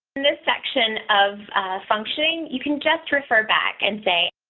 in this section of functioning. you can just refer back and say